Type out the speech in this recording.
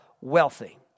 wealthy